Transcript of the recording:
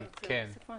אתה רצית להוסיף משהו?